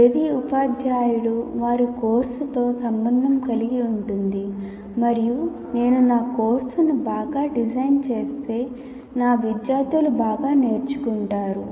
ప్రతి ఉపాధ్యాయుడు వారి కోర్సుతో సంబంధం కలిగి ఉంటుంది మరియు నేను నా కోర్సును బాగా డిజైన్ చేస్తే నా విద్యార్థులు బాగా నేర్చుకుంటారు